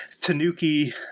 Tanuki